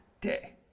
day